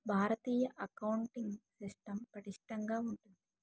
భారతీయ accounting system పటిష్టంగా ఉంటుంది